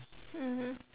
mmhmm